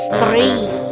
three